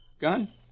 Gun